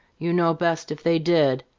you know best if they did.